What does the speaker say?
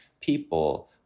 people